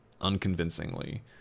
unconvincingly